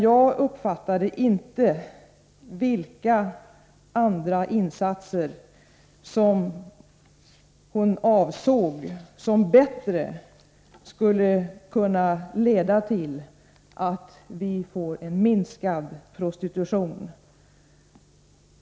Jag uppfattade dock inte vilka andra insatser hon avsåg, som bättre skulle kunna leda till att vi får en minskad prostitution.